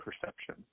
perception